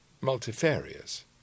multifarious